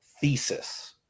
thesis